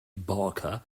barker